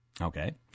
Okay